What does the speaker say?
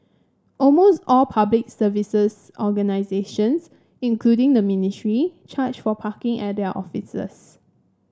almost all Public Services organisations including the ministry charge for parking at their offices